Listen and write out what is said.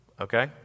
Okay